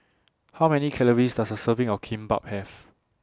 How Many Calories Does A Serving of Kimbap Have